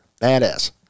Badass